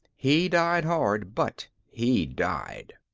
he died hard, but he died.